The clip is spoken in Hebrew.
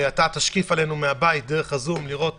אתה תשקיף עלינו מהבית דרך הזום לראות